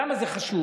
למה זה חשוב?